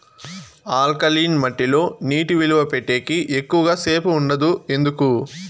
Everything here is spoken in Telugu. ఆల్కలీన్ మట్టి లో నీటి నిలువ పెట్టేకి ఎక్కువగా సేపు ఉండదు ఎందుకు